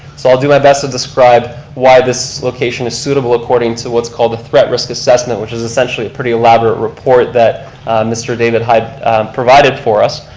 so i'll do my best to describe why this location is suitable according to what's called a threat risk assessment, which is essentially a pretty elaborate report that mr. david hyde provided for us.